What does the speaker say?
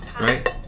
Right